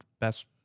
best